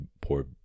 poor